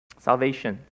Salvation